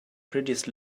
prettiest